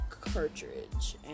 cartridge